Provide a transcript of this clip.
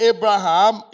Abraham